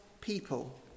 people